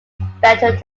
better